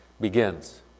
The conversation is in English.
begins